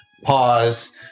pause